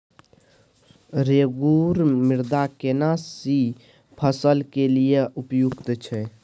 रेगुर मृदा केना सी फसल के लिये उपयुक्त छै?